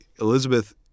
Elizabeth